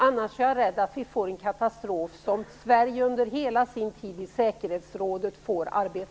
Annars är jag rädd att vi får en katastrof som Sverige får arbeta med under hela sin tid i säkerhetsrådet.